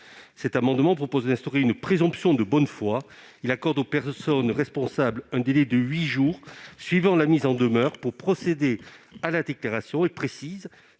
Cet amendement vise à instaurer une présomption de bonne foi, en accordant aux personnes responsables un délai de huit jours suivant la mise en demeure pour procéder à la déclaration. Si ce